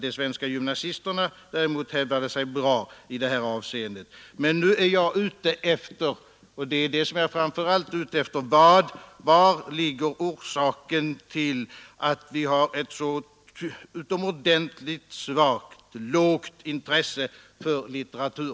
De svenska gymnasisterna däremot hävdade sig bra i detta avseende. Men det jag nu framför allt är ute efter är: Var ligger orsaken till att vi har ett så utomordentligt ringa intresse för litteratur?